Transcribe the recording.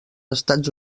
estats